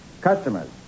Customers